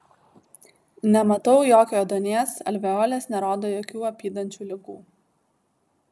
nematau jokio ėduonies alveolės nerodo jokių apydančių ligų